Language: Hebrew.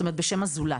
זאת אומרת בשם הזולת.